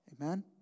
Amen